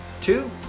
Two